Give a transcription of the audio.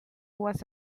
was